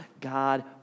God